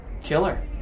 Killer